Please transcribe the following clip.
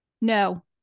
no